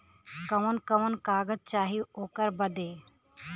कवन कवन कागज चाही ओकर बदे?